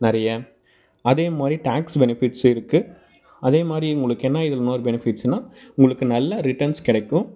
நிறைய அதே மாதிரி டேக்ஸ் பெனிஃபிட்ஸும் இருக்கு அதே மாதிரி உங்களுக்கு என்ன இதில் பெனிஃபிட்ஸ்னா உங்களுக்கு நல்லா ரிட்டன்ஸ் கிடைக்கும்